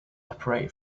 operate